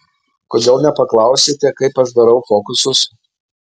kodėl nepaklausėte kaip aš darau fokusus